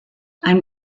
ein